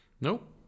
Nope